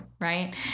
right